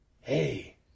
Hey